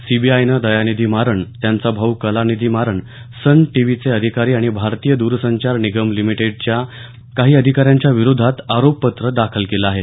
सीबीआयनं दयानिधी मारन त्यांचा भाऊ कलानिधी मारन सन टीव्हीचे अधिकारी आणि भारतीय द्रसंचार निगम लिमिटैडच्या काही अधिकाऱ्यांच्या विरोधात आरोपपत्र दाखल केलं आहे